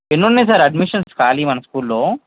ఎన్ని ఉన్నాయి sir admissions ఖాళీ మన స్కూల్లో